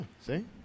see